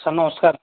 sir ନମସ୍କାର